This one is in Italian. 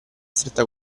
stretta